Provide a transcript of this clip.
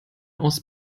aus